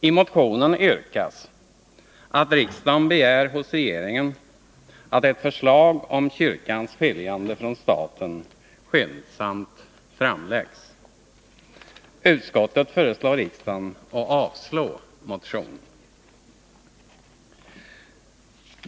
I motionen yrkas att riksdagen begär hos regeringen att ett förslag om kyrkans skiljande från staten skyndsamt framläggs. Utskottet föreslår riksdagen att avslå motionen.